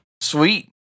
Sweet